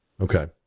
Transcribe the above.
Okay